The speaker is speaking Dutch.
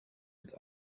het